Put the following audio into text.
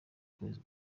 kwezi